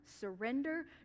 surrender